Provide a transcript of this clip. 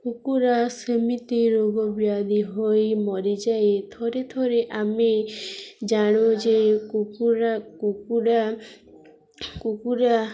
କୁକୁଡ଼ା ସେମିତି ରୋଗବ୍ୟାଧି ହୋଇ ମରିଯାଏ ଥରେ ଥରେ ଆମେ ଜାଣୁ ଯେ କୁକୁଡ଼ା କୁକୁଡ଼ା କୁକୁଡ଼ା